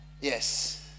Yes